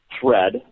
thread